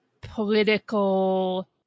political